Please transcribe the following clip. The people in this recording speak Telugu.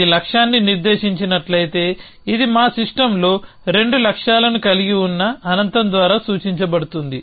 ఇది లక్ష్యాన్ని నిర్దేశించినట్లయితే ఇది మా సిస్టమ్లో రెండు లక్ష్యాలను కలిగి ఉన్న అనంతం ద్వారా సూచించబడుతుంది